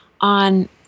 on